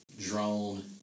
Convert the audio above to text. Drone